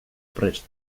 prest